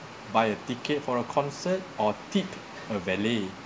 buy a ticket for a concert or tip a valet